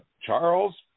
Charles